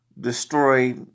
destroy